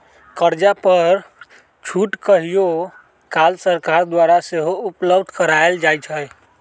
कर्जा पर छूट कहियो काल सरकार द्वारा सेहो उपलब्ध करायल जाइ छइ